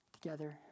together